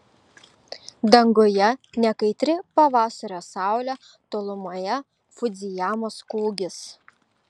danguje nekaitri pavasario saulė tolumoje fudzijamos kūgis